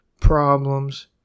problems